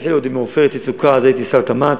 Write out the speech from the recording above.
שהתחילה עוד עם "עופרת יצוקה", אז הייתי שר התמ"ת,